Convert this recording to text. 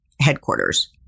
headquarters